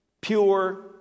pure